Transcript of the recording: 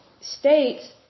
States